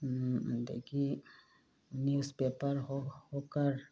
ꯑꯗꯒꯤ newspaper hawker